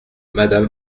madame